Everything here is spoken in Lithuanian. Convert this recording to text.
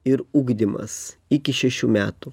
ir ugdymas iki šešių metų